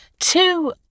Two